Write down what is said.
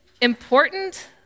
important